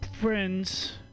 friends